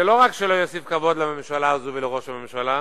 זה לא רק שלא יוסיף כבוד לממשלה הזאת ולראש הממשלה,